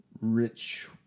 rich